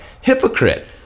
Hypocrite